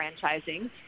franchising